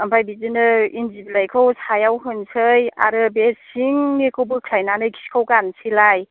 ओमफ्राय बिदिनो इन्दि बिलाइखौ सायाव होनसै आरो बे सिंनिखौ बोख्लायनानै खिखौ गारनसै लाय